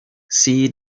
see